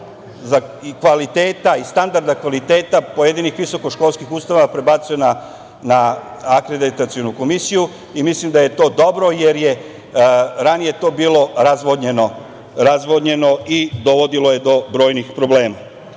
i standarda kvaliteta pojedinih visokoškolskih ustanova prebacuje na Akreditacionu komisiju. Mislim da je to dobro, jer je ranije to bilo razvodnjeno i dovodilo je do brojnih problema. Druga